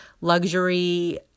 luxury